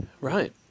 Right